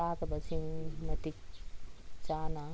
ꯆꯥꯗꯕꯁꯤꯡ ꯃꯇꯤꯛ ꯆꯥꯅ